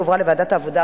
והועברה לוועדת העבודה,